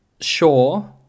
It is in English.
sure